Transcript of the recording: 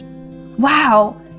wow